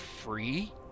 Free